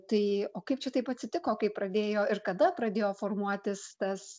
tai o kaip čia taip atsitiko kai pradėjo ir kada pradėjo formuotis tas